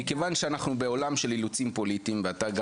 אני אומר: מכיוון שאנחנו בעולם של אילוצים פוליטיים וגם אתה,